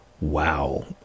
Wow